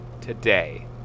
today